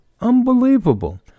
Unbelievable